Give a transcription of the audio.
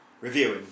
reviewing